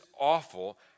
awful